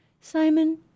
Simon